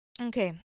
Okay